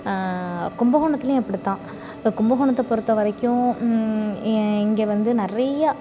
கும்பகோணத்துலேயும் அப்படித்தான் இப்போ கும்பகோணத்தை பொறுத்த வரைக்கும் இ இங்கே வந்து நிறையா